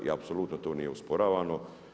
I apsolutno to nije osporavano.